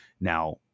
Now